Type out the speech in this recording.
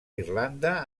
irlanda